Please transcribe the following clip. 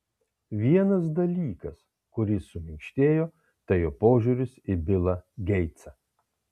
vienas dalykas kuris suminkštėjo tai jo požiūris į bilą geitsą